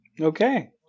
Okay